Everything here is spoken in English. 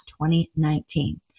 2019